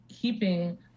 keeping